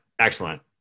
excellent